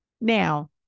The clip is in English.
Now